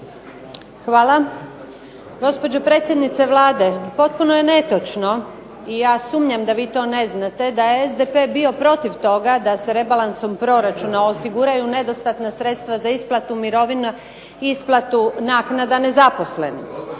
Hvala. Gospođo predsjednice Vlade, potpuno je netočno i ja sumnjam da vi to ne znate da je SDP bio protiv toga da se rebalansom proračuna osiguraju nedostatna sredstva za isplatu mirovina i isplatu naknada nezaposlenima.